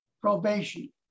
probation